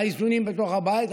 באיזונים בתוך הבית,